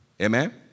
Amen